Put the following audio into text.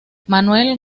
manuel